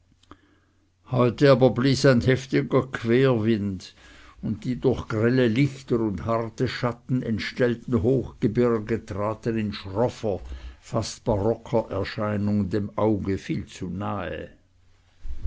heute aber blies ein heftiger querwind und die durch grelle lichter und harte schatten entstellten hochgebirge traten in schroffer fast barocker erscheinung dem auge viel zu nahe